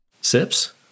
Sips